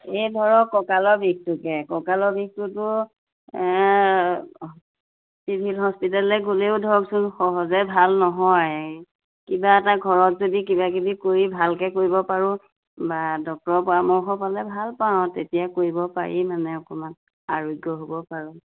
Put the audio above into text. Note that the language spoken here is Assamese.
এই ধৰক কঁকালৰ বিষটকে কঁকালৰ বিষটোতো চিভিল হস্পিটাললে গ'লেও ধৰকচোন সহজে ভাল নহয় কিবা এটা ঘৰত যদি কিবা কিবি কৰি ভালকে কৰিব পাৰোঁ বা ডক্টৰৰ পৰামৰ্শ পালে ভাল পাওঁ তেতিয়া কৰিব পাৰি মানে অকণমান আৰোগ্য হ'ব পাৰোঁ